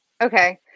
Okay